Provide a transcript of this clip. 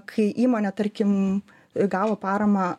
kai įmonė tarkim gavo paramą